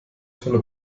tolle